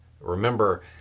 Remember